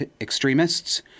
extremists